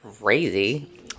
crazy